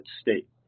state